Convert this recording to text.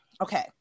Okay